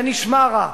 זה נשמע רע.